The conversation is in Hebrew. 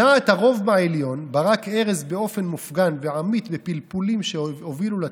"דעת הרוב בעליון" ברק ארז באופן מופגן ועמית בפלפולים שהובילו לתוצאה,